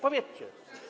Powiedzcie.